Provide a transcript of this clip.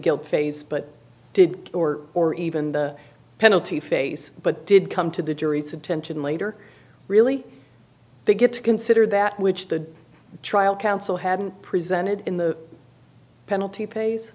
guilt phase but did or or even the penalty phase but did come to the jury's attention later really they get to consider that which the trial counsel had been presented in the penalty pays